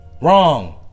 Wrong